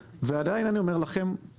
כאשר אני מטיל על חבר הכנסת מקלב להחליף